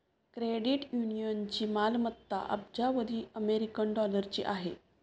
credit युनियनची मालमत्ता अब्जावधी अमेरिकन डॉलरची आहे